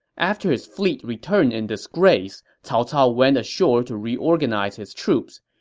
after his fleet returned in disgrace, cao cao went ashore to reorganize his troops.